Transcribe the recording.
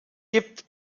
gibt